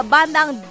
Bandang